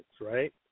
right